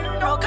no